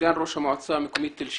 סגן ראש המועצה המקומית תל שבע.